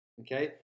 okay